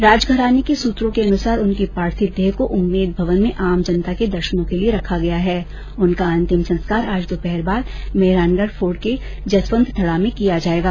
राजघराने के सूत्रों के अनुसार उनकी पार्थिव देह को उम्मेद भवन में आमजनता के दर्शनों के लिये रखा गया है उनका अंतिम संस्कार आज दोपहर बाद मेहरानगढ फोर्ट के जसवंत थडा में किया जायेगा